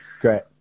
great